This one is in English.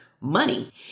money